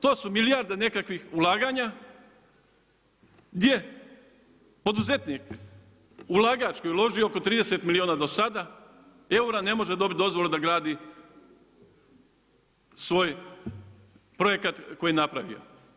To su milijarde nekakvih ulaganja, gdje poduzetnik, ulagač uložio oko 30 milijuna do sada eura, ne može dobiti dozvolu da gradi svoj projekat koji je napravio.